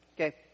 okay